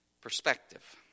perspective